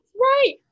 right